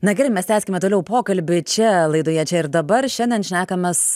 na gerai mes tęskime toliau pokalbį čia laidoje čia ir dabar šiandien šnekamės